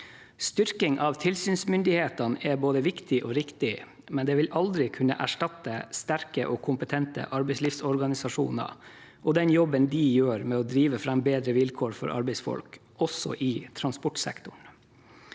Styrking av tilsynsmyndighetene er både viktig og riktig, men det vil aldri kunne erstatte sterke og kompetente arbeidslivsorganisasjoner og den jobben de gjør med å drive fram bedre vilkår for arbeidsfolk, også i transportsektoren.